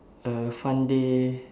a fun day